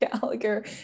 Gallagher